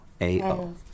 A-O